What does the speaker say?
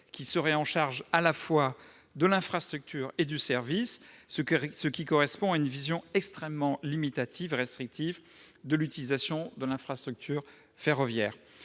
qui serait chargé à la fois de l'infrastructure et du service. Cela correspond à une vision extrêmement limitative et restrictive de l'utilisation de l'infrastructure ferroviaire.